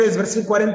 versículo